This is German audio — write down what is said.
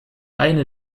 eine